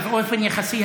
שבאופן יחסי,